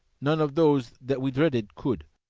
none of those that we dreaded could.